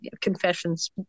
confessions